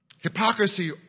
Hypocrisy